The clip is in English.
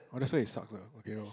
oh that's why it sucks lah okay lor